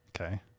Okay